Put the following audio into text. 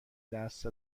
دست